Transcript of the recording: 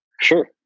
Sure